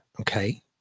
okay